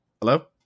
hello